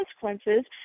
consequences